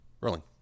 Rolling